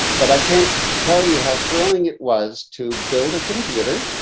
but i can't tell you how thrilling it was to build a computer.